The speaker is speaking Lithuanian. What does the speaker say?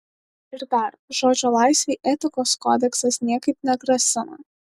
ir dar žodžio laisvei etikos kodeksas niekaip negrasina